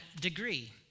degree